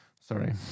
Sorry